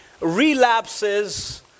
Relapses